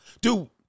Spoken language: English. Dude